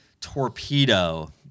torpedo